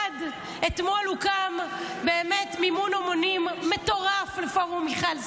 אתמול הוקם באמת מימון המונים מטורף לפורום מיכל סלה.